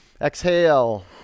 exhale